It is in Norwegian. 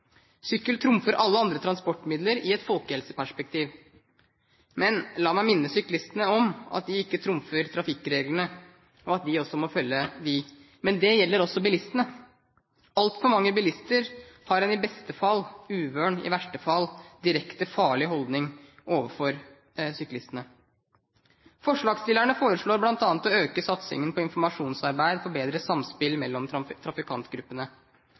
Sykkel trumfer alle andre transportmidler i et folkehelseperspektiv. Men la meg minne syklistene om at de ikke trumfer trafikkreglene, og at de også må følge dem. Men det gjelder også bilistene. Altfor mange bilister har en i beste fall uvøren, i verste fall direkte farlig holdning overfor syklistene. Forslagsstillerne foreslår bl.a. å øke satsingen på informasjonsarbeid for bedre samspill mellom trafikantgruppene.